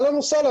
אהלן וסהלן,